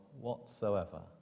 whatsoever